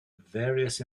various